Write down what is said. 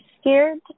scared